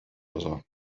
other